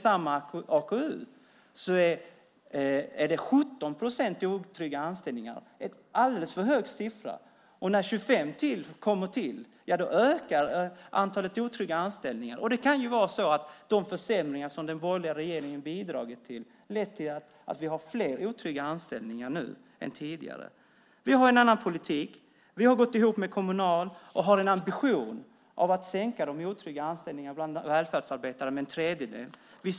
Samma AKU visar att 17 procent finns i otrygga anställningar, en alldeles för hög siffra. När det blir 25 procent betyder det alltså att antalet otrygga anställningar ökat. De försämringar som den borgerliga regeringen bidragit till kan ha lett till att vi nu har fler otrygga anställningar än tidigare. Vi har en annan politik. Vi har gått ihop med Kommunal och har ambitionen att sänka de otrygga anställningarna bland välfärdsarbetare med en tredjedel.